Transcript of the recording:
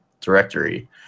directory